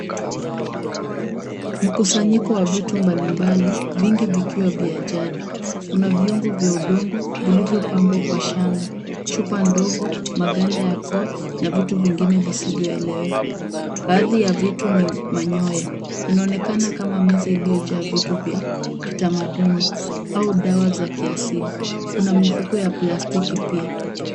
Mkusanyiko wa vitu mbalimbali vingi vikiwa vya jadi. Kuna viungu vya udongo vilivyopambwa kwa shanga, chupa ndogo, maganda ya koa na vitu vingine visivyoeleweka. Baadhi ya vitu ni manyoya. Inaonekana kama meza iliyojaa vitu vya kitamaduni au dawa za kiasili. Kuna mifuko ya plastiki pia.